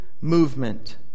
movement